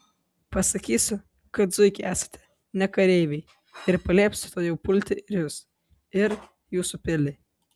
pasakysiu kad zuikiai esate ne kareiviai ir paliepsiu tuojau pulti ir jus ir jūsų pilį